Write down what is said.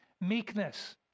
meekness